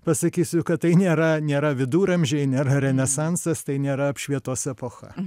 pasakysiu kad tai nėra nėra viduramžiai nėra renesansas tai nėra apšvietos epocha